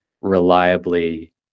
reliably